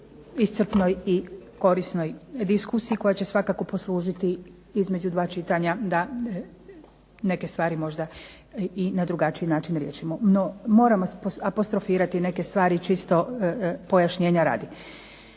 iscrpnoj i korisnoj diskusiji koja će svakako poslužiti između dva čitanja da neke stvari možda i na drugačiji način riješimo. No, moramo apostrofirati neke stvari čisto pojašnjenja radi.